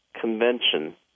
convention